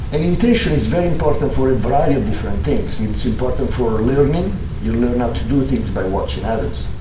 and imitation is very important and for a variety of different things. it's important for learning you learn how to do things by watching others.